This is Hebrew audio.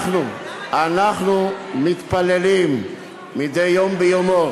תסתפק בהתנצלות, אנחנו מתפללים מדי יום ביומו: